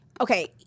okay